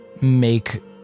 make